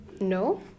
no